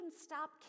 stop